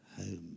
home